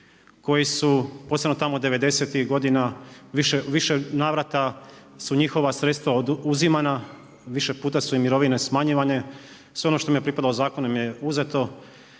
koji su posebno tamo devedesetih godina u više navrata su njihova sredstva oduzimana, više puta su im mirovine smanjivane. Sve što im je pripadalo zakonom je uzeto,